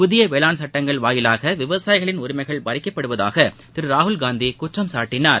புதிய வேளாண் சட்டங்கள் வாயிலாக விவசாயிகளின் உரிமைகள் பறிக்கப்படுவதாக திரு ராகுல்காந்தி குற்றம் சாட்டினார்